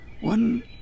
One